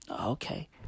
Okay